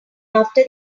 after